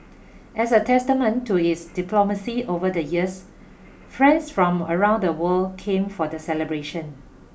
as a testament to its diplomacy over the years friends from around the world came for the celebration